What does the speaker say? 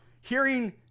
Hearing